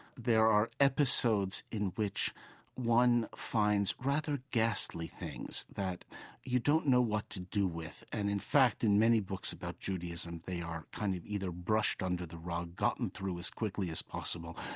there are episodes in which one finds rather ghastly things that you don't know what to do with. and, in fact, in many books about judaism, they are kind of either brushed under the rug, gotten through as quickly as possible,